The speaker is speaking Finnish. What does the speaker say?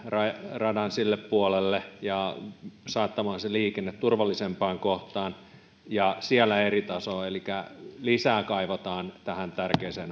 radan sille puolelle saattamaan sen liikenteen turvallisempaan kohtaan ja siellä eritason lisää kaivataan tähän tärkeään